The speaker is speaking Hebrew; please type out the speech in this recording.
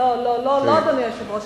אדוני היושב-ראש,